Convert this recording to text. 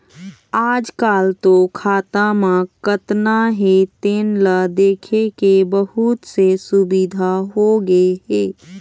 आजकाल तो खाता म कतना हे तेन ल देखे के बहुत से सुबिधा होगे हे